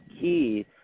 key